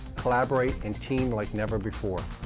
collaborate, and team like never before.